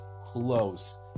close